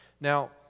Now